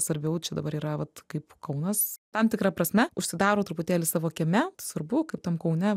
svarbiau čia dabar yra vat kaip kaunas tam tikra prasme užsidaro truputėlį savo kieme svarbu kaip tam kaune